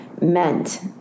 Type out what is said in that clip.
meant